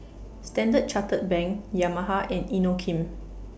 Standard Chartered Bank Yamaha and Inokim